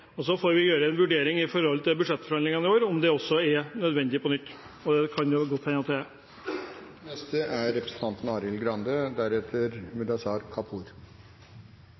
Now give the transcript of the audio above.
Så får vi gjøre en vurdering i budsjettforhandlingene i år av om det også er nødvendig på nytt. Det kan det godt hende at det er.